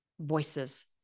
Voices